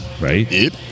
Right